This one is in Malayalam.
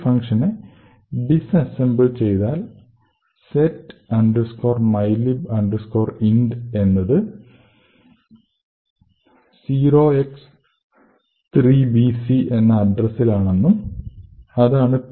ഈ ഫങ്ഷനെ ഡിസ്അസ്സെംബിൾ ചെയ്താൽ set mylib int എന്നത് 0x3BC എന്ന അഡ്രസ്സിൽ ആണെന്നു കാണാം